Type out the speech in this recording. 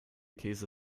käse